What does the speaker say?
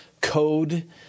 code